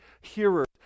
hearers